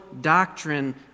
doctrine